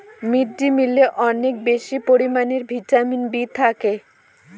little মিলেটে অনেক বেশি পরিমানে ভিটামিন বি থাকে